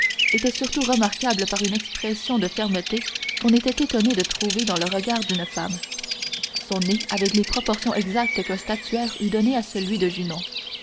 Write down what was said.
étaient surtout remarquables par une expression de fermeté qu'on était étonné de trouver dans le regard d'une femme son nez avait les proportions exactes qu'un statuaire eût données à celui de junon